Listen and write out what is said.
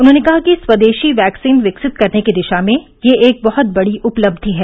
उन्होंने कहा कि स्वदेशी वैक्सीन विकसित करने की दिशा में यह एक बहत बड़ी उपलब्धि है